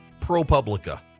ProPublica